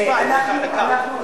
חצי משפט, דקה, דקה.